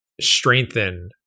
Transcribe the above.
strengthen